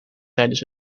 tijdens